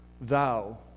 thou